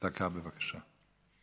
דקה, בבקשה.